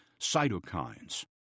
cytokines